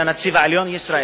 הנציב העליון ישראל.